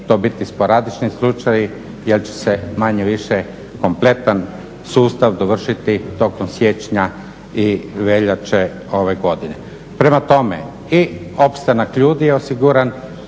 to biti sporadični slučajevi jer će se manje-više kompletan sustav dovršiti tokom siječnja i veljače ove godine. Prema tome i opstanak ljudi je osiguran,